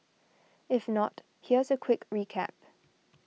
if not here's a quick recap